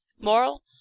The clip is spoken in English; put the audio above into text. Moral